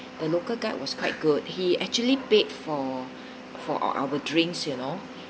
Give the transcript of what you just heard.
the local guide was quite good he actually paid for for our drinks you know